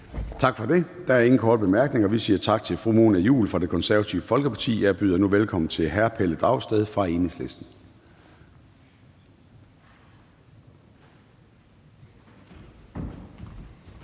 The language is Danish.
Tak for det. Der er ingen korte bemærkninger. Vi siger tak til fru Mona Juul fra Det Konservative Folkeparti. Jeg byder nu velkommen til hr. Pelle Dragsted fra Enhedslisten.